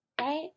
right